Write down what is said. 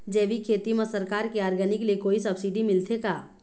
जैविक खेती म सरकार के ऑर्गेनिक ले कोई सब्सिडी मिलथे का?